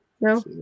no